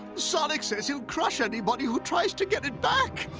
sonic says he'll crush anybody who tries to get it back.